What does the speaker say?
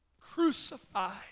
crucified